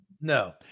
No